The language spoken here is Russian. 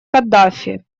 каддафи